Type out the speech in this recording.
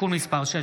הצעת חוק הטיס (תיקון מס' 6),